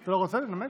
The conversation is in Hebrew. אתה לא רוצה לנמק?